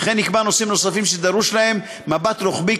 וכן יקבע נושאים נוספים שדרוש בהם מבט רוחבי,